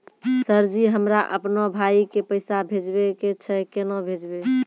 Sir ji हमरा अपनो भाई के पैसा भेजबे के छै, केना भेजबे?